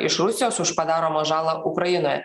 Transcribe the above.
iš rusijos už padaromą žalą ukrainoje